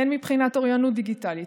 הן מבחינת אוריינות דיגיטלית,